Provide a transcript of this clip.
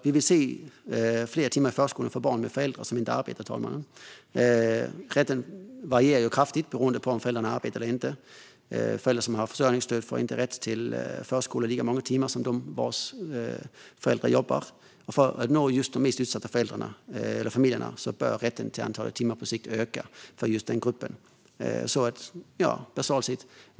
Vi vill se fler timmar i förskolan för barn med föräldrar som inte arbetar, fru talman. Rätten till förskola varierar kraftigt beroende på om föräldrarna arbetar eller inte. Barn till föräldrar som har försörjningsstöd har inte rätt till förskola lika många timmar som barn vars föräldrar jobbar. För att nå de mest utsatta familjerna bör det antal timmar man har rätt till på sikt öka för den gruppen.